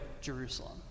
Jerusalem